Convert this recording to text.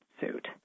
suit